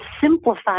simplify